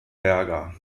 berger